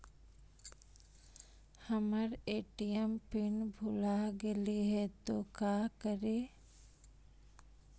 हमर ATM PIN भूला गेली हे, तो का करि?